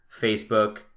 Facebook